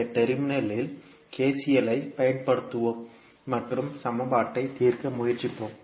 இந்த டெர்மினல் இல் KCL ஐப் பயன்படுத்துவோம் மற்றும் சமன்பாட்டைத் தீர்க்க முயற்சிப்போம்